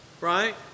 right